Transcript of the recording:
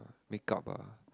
makeup ah